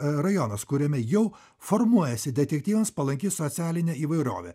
rajonas kuriame jau formuojasi detektyvams palanki socialinė įvairovė